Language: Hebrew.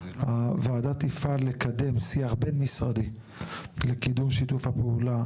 הוועדה תפעל לקדם שיח בין משרדי לקידום שיתוף הפעולה